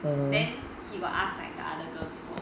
then he got ask like the other girl before